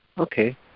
Okay